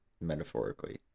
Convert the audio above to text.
metaphorically